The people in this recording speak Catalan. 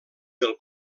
del